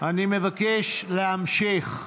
אני מבקש להמשיך.